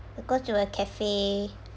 we go to a cafe